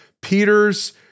Peter's